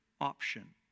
option